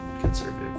conservative